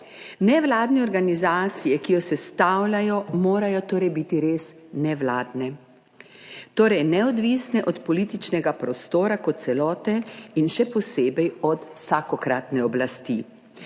Nevladne organizacije, ki jo sestavljajo, morajo torej biti res nevladne, torej neodvisne od političnega prostora kot celote in še posebej od vsakokratne oblasti.